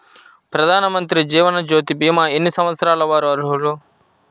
ప్రధానమంత్రి జీవనజ్యోతి భీమా ఎన్ని సంవత్సరాల వారు అర్హులు?